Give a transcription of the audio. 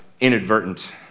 inadvertent